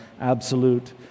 absolute